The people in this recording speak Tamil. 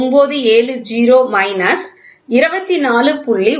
970 24